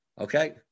okay